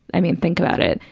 i mean, think about it.